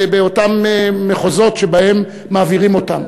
באותם מחוזות שבהם מעבירים אותם.